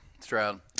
Stroud